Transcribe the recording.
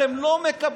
אתם לא מקבלים,